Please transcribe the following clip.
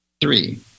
Three